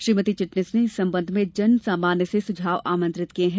श्रीमती चिटनिस ने इस संबंध में जन सामान्य से सुझाव आमंत्रित किए हैं